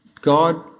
God